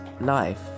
life